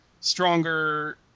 stronger